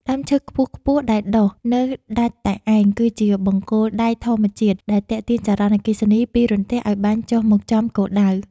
ដើមឈើខ្ពស់ៗដែលដុះនៅដាច់តែឯងគឺជាបង្គោលដែកធម្មជាតិដែលទាក់ទាញចរន្តអគ្គិសនីពីរន្ទះឱ្យបាញ់ចុះមកចំគោលដៅ។